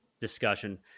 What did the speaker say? discussion